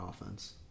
offense